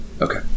Okay